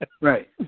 right